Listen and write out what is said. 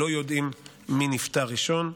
לא יודעים מי נפטר ראשון.